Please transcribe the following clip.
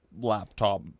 laptop